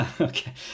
Okay